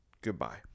Goodbye